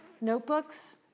notebooks